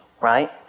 right